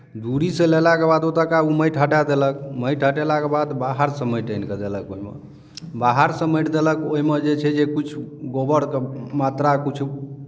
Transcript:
दूरीसँ लेलाके बाद ओतुका ओ माटि हटा देलक माटि हटेलाके बाद बाहरसँ माटि आनि कऽ देलक ओहिमे बाहरसँ माटि देलक ओहिमे जे छै जे किछु गोबरके मात्रा किछु